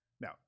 Now